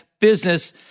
business